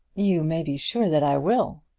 you may be sure that i will.